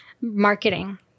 marketing